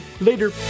later